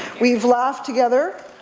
we've laughed together.